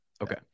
Okay